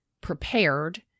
prepared